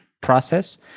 process